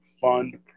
fund